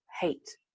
hate